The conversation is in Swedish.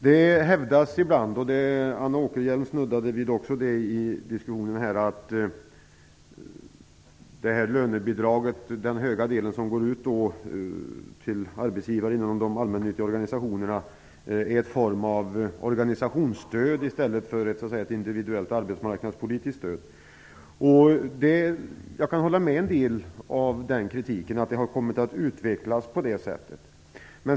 Det hävdas ibland - också Anna Åkerhielm snuddade vid det - att den del av lönebidraget som går ut till arbetsgivare inom de allmännyttiga organisationerna är en form av organisationsstöd i stället för ett individuellt arbetsmarknadspolitiskt stöd. Jag kan till en del instämma i den kritiken. Lönebidraget har kommit att utvecklas på det sättet.